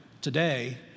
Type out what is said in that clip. today